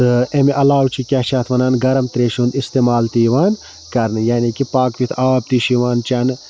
تہٕ امہِ عَلاوٕ چھُ کیاہ چھِ اتھ وَنان گَرم تریشہِ ہُنٛد اِستعمال تہِ یِوان کَرنہٕ یعنے کہِ پاکوِتھ آب تہِ چھُ یِوان چیٚنہٕ